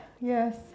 yes